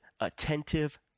attentive